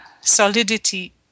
solidity